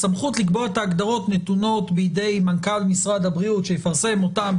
הסמכות לקבוע את ההגדרות נתונות בידי מנכ"ל משרד הבריאות שיפרסם אותם,